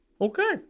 okay